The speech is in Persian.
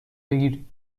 بگیرید